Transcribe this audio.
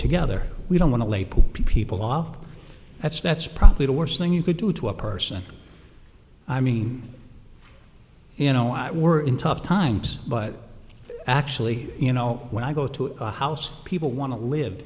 together we don't want to lay people off that's that's probably the worst thing you could do to a person i mean you know i were in tough times but actually you know when i go to a house people want to live